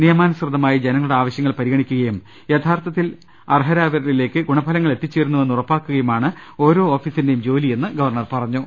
നിയമാനുസൃതമായി ജനങ്ങളുടെ ആവശൃങ്ങൾ പരിഗണിക്കു കയും യഥാർഥത്തിൽ അർഹരായവരിലേക്ക് ഗുണഫലങ്ങൾ എത്തി ച്ചേരുന്നുവെന്ന് ഉറപ്പാക്കുകയുമാണ് ഓരോ ഓഫീസിന്റെയും ജോലി യെന്ന് ഗവർണർ പറഞ്ഞു